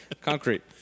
concrete